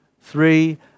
three